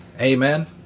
Amen